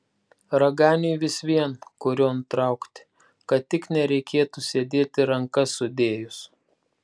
raganiui vis vien kurion traukti kad tik nereikėtų sėdėti rankas sudėjus